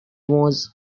was